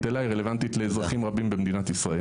אליי היא רלוונטית לאזרחים רבים במדינת ישראל.